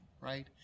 right